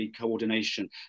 coordination